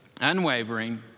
unwavering